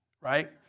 right